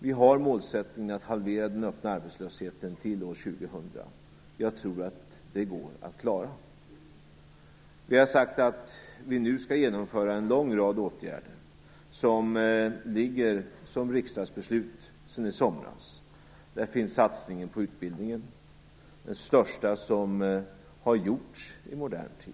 Vi har målsättningen att halvera den öppna arbetslösheten till år 2000. Jag tror att det går att klara. Vi har sagt att vi nu skall genomföra en lång rad åtgärder som ligger som riksdagsbeslut sedan i somras. Där finns satsningen på utbildningen - den största som har gjorts i modern tid.